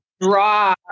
draw